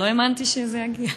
כבר לא האמנתי שזה יגיע.